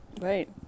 Right